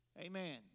Amen